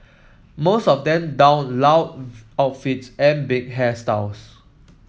most of them donned loud outfits and big hairstyles